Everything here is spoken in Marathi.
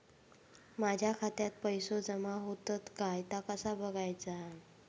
माझ्या खात्यात पैसो जमा होतत काय ता कसा बगायचा?